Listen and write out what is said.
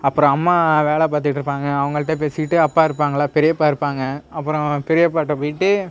அப்புறம் அம்மா வேலை பார்த்துக்கிட்டு இருப்பாங்க அவங்கள்ட்ட பேசிக்கிட்டு அப்பா இருப்பாங்களா பெரியப்பா இருப்பாங்க அப்புறம் பெரியப்பாட்ட போயிட்டு